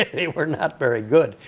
they were not very good.